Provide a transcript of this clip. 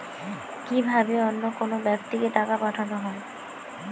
কি ভাবে অন্য কোনো ব্যাক্তিকে টাকা পাঠানো হয়?